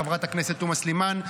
חברת הכנסת תומא סלימאן,